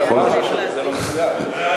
אבל זה לא מדויק.